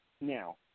now